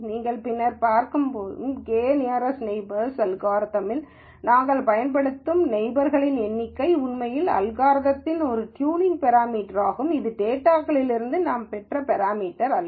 நீங்கள் பின்னர் பார்க்கும் கே நியரஸ்ட் நெய்பர்ஸ்அல்காரிதம்யில் நாங்கள் பயன்படுத்தும் நெய்பர்ஸ்களின் எண்ணிக்கை உண்மையில் அல்காரிதம்யின் ஒரு ட்யூனிங் பெராமீட்டர் ஆகும் இது டேட்டாலிருந்து நான் பெற்ற பெராமீட்டர் அல்ல